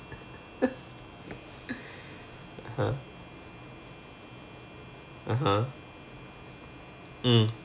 !huh! (uh huh) mm